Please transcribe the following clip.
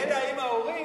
אלא אם כן ההורים